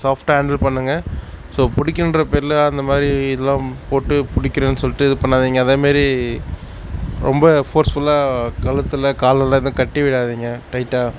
சாஃப்ட்டாக ஹேண்டில் பண்ணுங்க ஸோ பிடிக்கிறேன்ற பேரில் அந்த மாதிரி இதெலாம் போட்டு பிடிக்கிறேன்னு சொல்லிட்டு இது பண்ணாதீங்க அதே மாதிரி ரொம்ப ஃபோர்ஸ்ஃபுல்லாக கழுத்தில் கால்லெலாம் எதுவும் கட்டிவிடாதீங்க டைட்டாக